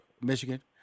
Michigan